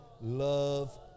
love